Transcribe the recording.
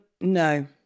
no